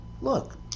Look